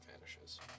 vanishes